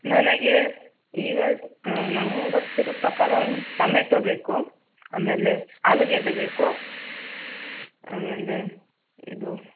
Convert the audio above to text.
ನನಗೆ ಈಗ ನಂಗೆ ಗೊತ್ತಿರೊ ಪ್ರಕಾರ ಒಂದು ಟಮೆಟೊ ಬೇಕು ಆಮೇಲೆ ಆಲೂಗೆಡ್ಡೆ ಬೇಕು ಆಮೇಲೆ ಇದು